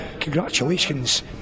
Congratulations